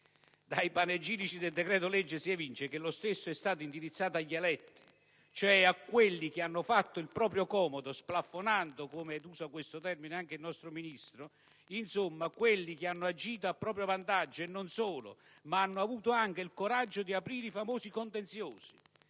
Dai panegirici del decreto-legge si evince che lo stesso è stato indirizzato agli eletti, cioè a quelli che hanno fatto il proprio comodo, splafonando (uso questo termine, giacché lo usa anche il nostro Ministro): insomma, quelli che hanno agito a proprio vantaggio, e non solo, ma hanno avuto anche il coraggio di aprire i famosi contenziosi.